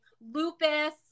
lupus